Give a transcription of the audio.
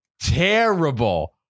terrible